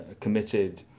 Committed